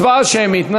הצבעה שמית.